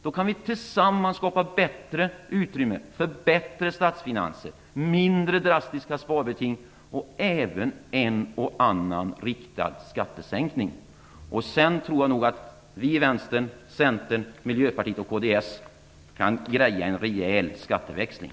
Då kan vi tillsammans skapa bättre utrymme för bättre statsfinanser, mindre drastiska sparbeting och även en och annan riktad skattesänkning. Sedan tror jag nog att vi i Vänstern, Centern, Miljöpartiet och kds kan ordna en rejäl skatteväxling.